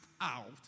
out